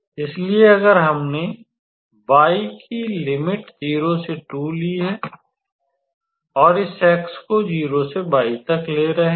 इसलिए अगर हमने y की लिमिट 0 से 2 ली है और इस x को 0 से y तक ले रहे हैं